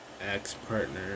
Ex-partner